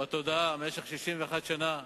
בתודעה במשך 61 שנה,